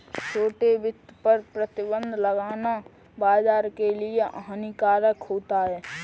छोटे वित्त पर प्रतिबन्ध लगाना बाज़ार के लिए हानिकारक होता है